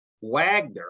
Wagner